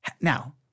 Now